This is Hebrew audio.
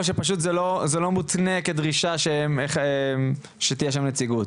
או שפשוט זה לא מותנה כדרישה שתהיה שם נציגות?